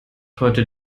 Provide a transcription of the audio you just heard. heute